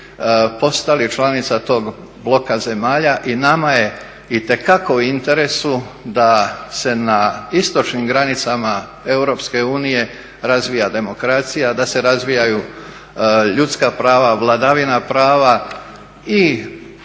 postali članica tog bloka zemalja i nama je itekako u interesu da se na istočnim granicama EU razvija demokracija, da se razviju ljudska prava, vladavina prava i